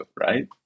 right